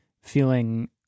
feeling